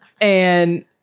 And-